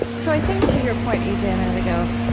so i think to your point, e j, a minute ago,